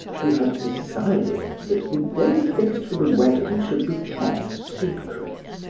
who had decided that the date fixed for the wedding should be kept secret,